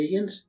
vegans